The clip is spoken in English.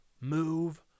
move